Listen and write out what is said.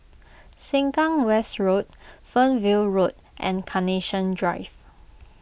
Sengkang West Road Fernvale Road and Carnation Drive